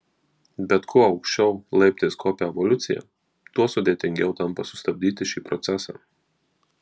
bet kuo aukščiau laiptais kopia evoliucija tuo sudėtingiau tampa sustabdyti šį procesą